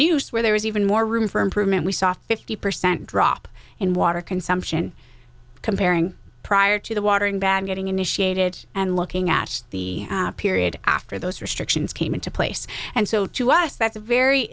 news where there is even more room for improvement we saw fifty percent drop in water consumption comparing prior to the water in bad getting initiated and looking at the period after those restrictions came into place and so to us that's a very